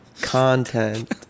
content